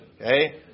Okay